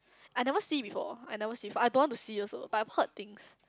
I never see before I never see before I don't want to see also but I've heard things